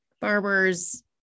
barbers